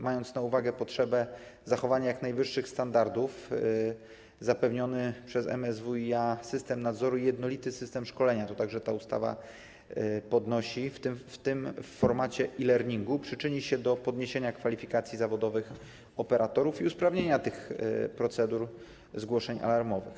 Mając na uwadze potrzebę zachowania jak najwyższych standardów, MSWiA zapewnia system nadzoru i jednolity system szkolenia, co także ta ustawa podnosi, w tym w formacie e-learningu, co przyczyni się do podniesienia kwalifikacji zawodowych operatorów i usprawnienia tych procedur zgłoszeń alarmowych.